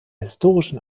historischen